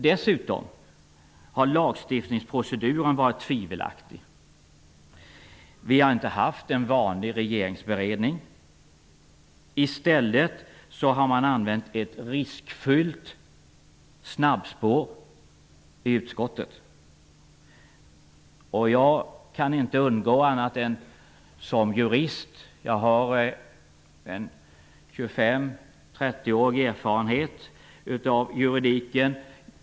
Dessutom har lagstiftningsproceduren varit tvivelaktig. Vi har inte haft en vanlig regeringsberedning. I stället har man använt ett riskfyllt snabbspår i utskottet. Jag har en 25--30 årig erfarenhet av juridiken.